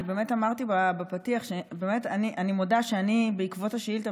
אני באמת אמרתי בפתיח שאני מודה שבעקבות השאילתה